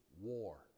war